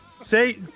say